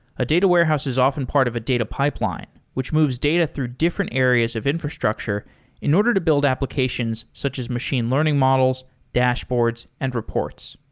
a data warehouse is often part of a data pipeline which moves data through different areas of infrastructure in order to build applications such as machine learning models, dashboards and reports.